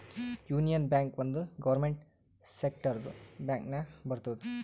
union Bank ಒಂದ್ government ಸೆಕ್ಟರ್ದು bank ನಾಗ್ ಬರ್ತುದ್